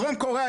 דרום קוריאה,